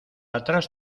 atrás